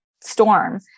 storm